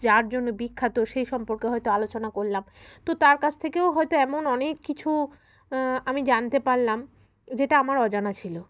যার জন্য বিখ্যাত সেই সম্পর্কে হয়তো আলোচনা করলাম তো তার কাছ থেকেও হয়তো এমন অনেক কিছু আমি জানতে পারলাম যেটা আমার অজানা ছিল